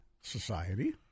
society